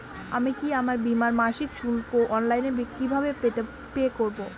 আমি কি আমার বীমার মাসিক শুল্ক অনলাইনে কিভাবে পে করব?